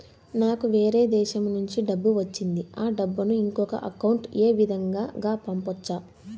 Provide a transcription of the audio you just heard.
నాకు వేరే దేశము నుంచి డబ్బు వచ్చింది ఆ డబ్బును ఇంకొక అకౌంట్ ఏ విధంగా గ పంపొచ్చా?